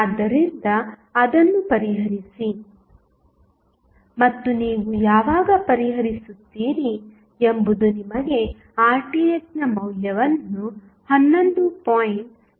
ಆದ್ದರಿಂದ ಅದನ್ನು ಪರಿಹರಿಸಿ ಮತ್ತು ನೀವು ಯಾವಾಗ ಪರಿಹರಿಸುತ್ತೀರಿ ಎಂಬುದು ನಿಮಗೆ Rth ನ ಮೌಲ್ಯವನ್ನು 11